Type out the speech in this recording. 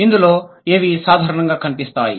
ఇందులో ఏవి సాధారణంగా కనిపిస్తాయి